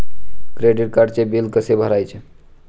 Credit कार्डचे bill कसे भरायचे?